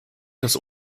des